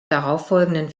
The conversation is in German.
darauffolgenden